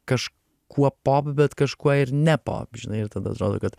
kaž kuo pop bet kažkuo ir ne pop žinai ir tada atrodo kad